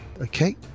Okay